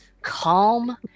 calm